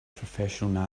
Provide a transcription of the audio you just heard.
professional